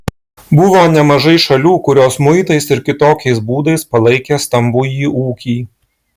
buvo nemažai šalių kurios muitais ir kitokiais būdais palaikė stambųjį ūkį